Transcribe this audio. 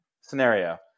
scenario